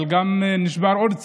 אבל גם נשבר עוד שיא,